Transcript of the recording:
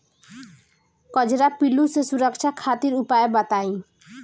कजरा पिल्लू से सुरक्षा खातिर उपाय बताई?